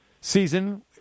season